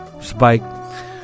Spike